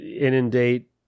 inundate